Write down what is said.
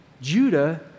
Judah